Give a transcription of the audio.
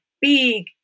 big